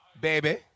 baby